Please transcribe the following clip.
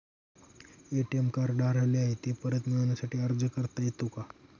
ATM card हरवले आहे, ते परत मिळण्यासाठी अर्ज करता येतो का?